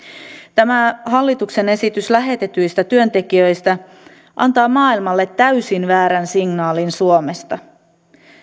tämä hallituksen esitys lähetetyistä työntekijöistä antaa maailmalle täysin väärän signaalin suomesta